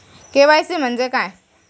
KYC म्हणजे काय?